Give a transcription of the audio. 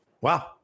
Wow